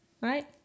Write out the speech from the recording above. right